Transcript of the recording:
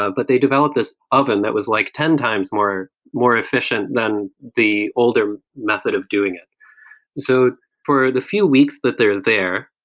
ah but they developed this oven that was like ten times more more efficient than the older method of doing it so for the few weeks that they're there,